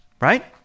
Right